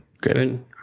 Good